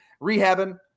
rehabbing